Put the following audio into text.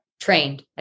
trained